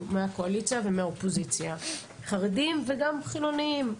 מהקואליציה ומהאופוזיציה חרדים וגם חילוניים.